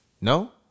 No